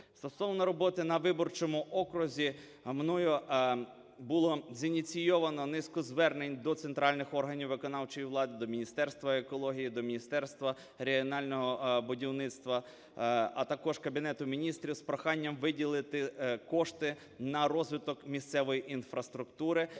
Стосовно роботи на виборчому окрузі мною було зініційовано низку звернень до центральних органів виконавчої влади, до Міністерства екології, до Міністерства регіонального будівництва, а також Кабінету Міністрів з проханням виділити кошти на розвиток місцевої інфраструктури,